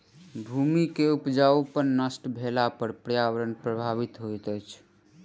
भूमि के उपजाऊपन नष्ट भेला पर पर्यावरण प्रभावित होइत अछि